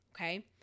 Okay